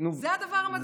זה הדבר המדהים.